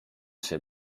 się